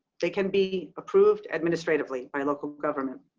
they can be approved administratively by local government.